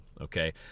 okay